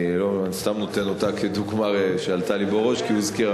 אני סתם נותן אותה כדוגמה שעלתה לי בראש כי היא הוזכרה,